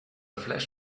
flash